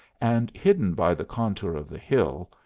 and hidden by the contour of the hill,